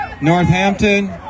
Northampton